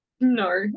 No